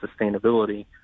sustainability